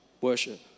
worship